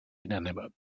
inanimate